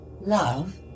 love